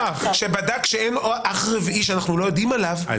שבדק שאין אח רביעי שאנחנו לא יודעים עליו --- אז